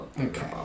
Okay